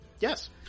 yes